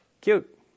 cute